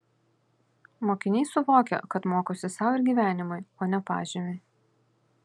mokiniai suvokia kad mokosi sau ir gyvenimui o ne pažymiui